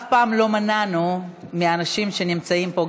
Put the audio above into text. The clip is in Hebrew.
אף פעם לא מנענו מאנשים שנמצאים פה,